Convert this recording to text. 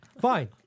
fine